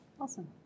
Awesome